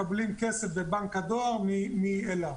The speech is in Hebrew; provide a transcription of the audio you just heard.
מקבלים כסף בבנק הדואר מאל"ה.